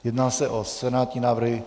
Jedná se o senátní návrhy.